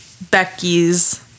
Becky's